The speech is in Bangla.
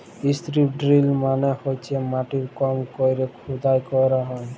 ইস্ত্রিপ ড্রিল মালে হইসে মাটির কম কইরে খুদাই ক্যইরা হ্যয়